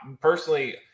personally